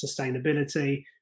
sustainability